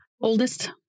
Oldest